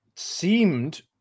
Seemed